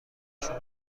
شما